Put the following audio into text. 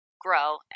Grow